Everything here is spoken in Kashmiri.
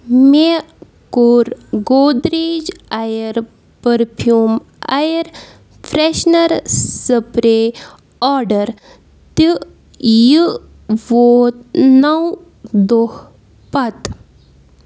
مےٚ کوٚر Godrej air perfume air freshener spray order تہِ یہِ ووت نَو دۄہ پتہٕ